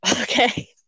okay